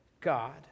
God